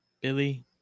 Billy